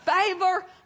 favor